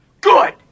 Good